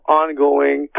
ongoing